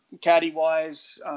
Caddy-wise